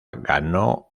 ganó